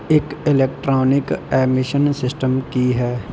ਇੱਕ electronic emission system ਕੀ ਹੈ